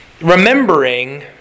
Remembering